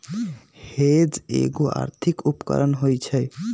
hedge एगो आर्थिक उपकरण होइ छइ